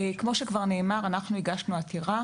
כמו שכבר נאמר אנחנו הגשנו עתירה